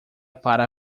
para